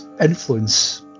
influence